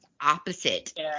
opposite